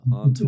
on